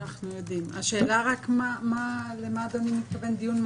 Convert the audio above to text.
הוצאנו המון מתוך הדיונים.